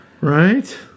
Right